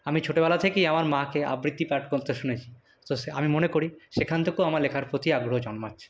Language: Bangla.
আমি ছোটোবেলা থেকেই আমার মাকে আবৃত্তি পাঠ করতে শুনেছি তো সে আমি মনে করি সেখান থেকেও আমার লেখার প্রতি আগ্রহ জন্মাচ্ছে